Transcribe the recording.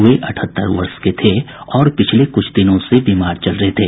वे अठहत्तर वर्ष के थे और पिछले कुछ दिनों से बीमार चल रहे थे